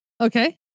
Okay